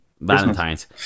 Valentine's